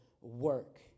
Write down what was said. work